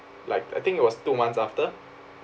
like I think it was two months after